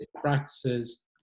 practices